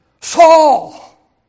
Saul